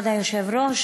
כבוד היושב-ראש,